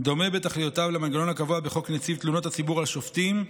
דומה בתכליותיו למנגנון הקבוע בחוק נציב תלונות הציבור על שופטים,